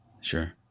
Sure